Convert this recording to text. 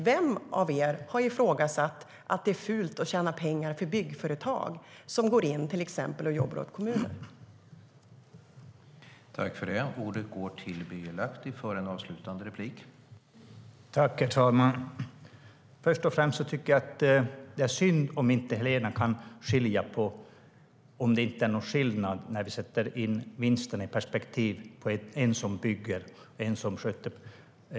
Vem av er har till exempel sagt att det är fult för byggföretag som går in och jobbar åt kommunen att tjäna pengar, Birger Lahti?